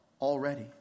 already